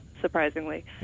surprisingly